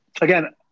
Again